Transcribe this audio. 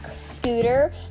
scooter